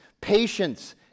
patience